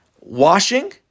washing